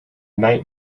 night